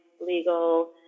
legal